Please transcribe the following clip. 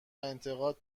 انتقاد